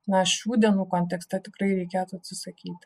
na šių dienų kontekste tikrai reikėtų atsisakyti